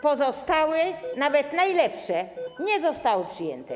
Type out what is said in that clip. Pozostałe, nawet najlepsze, nie zostały przyjęte.